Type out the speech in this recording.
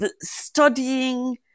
studying